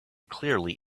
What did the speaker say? clearly